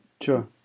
sure